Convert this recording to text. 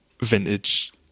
vintage